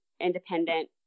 independent